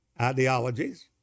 ideologies